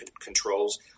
controls